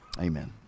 amen